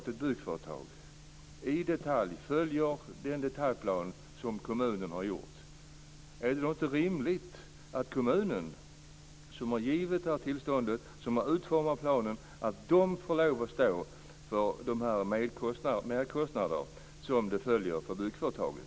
Om ett byggföretag till punkt och pricka följer den detaljplan som kommunen har gjort upp, är det då inte rimligt att den kommun som har givit tillståndet och utformat planen får stå för de merkostnader som uppstår för byggföretaget?